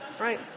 Right